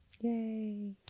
Yay